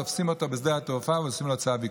תופסים אותה בשדה התעופה ועושים לו צו עיכוב.